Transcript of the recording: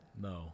No